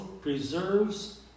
preserves